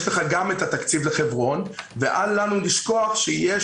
יש לך גם את התקציב לחברון ואל לנו לשכוח שיש